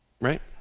right